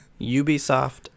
Ubisoft